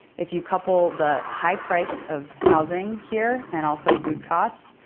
if you couple the high price of housing here and also food costs,